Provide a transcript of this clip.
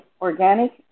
organic